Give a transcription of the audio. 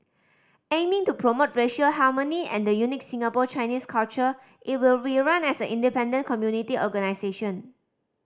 aiming to promote racial harmony and the unique Singapore Chinese culture it will be run as an independent community organisation